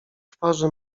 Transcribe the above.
twarzy